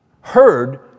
heard